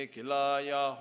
Kilaya